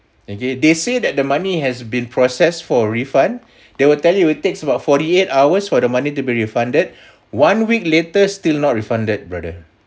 okay they say that the money has been processed for refund they will tell you it takes about forty eight hours for the money to be refunded one week later still not refunded brother